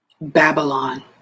Babylon